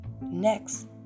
Next